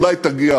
אולי תגיע